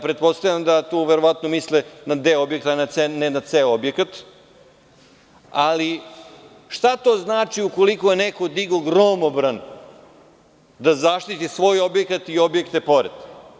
Pretpostavljam da tu misle na deo objekta, ne na ceo objekat, ali šta to znači ukoliko je neko digao gromobran da zaštiti svoj objekat i objekte pored?